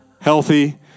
healthy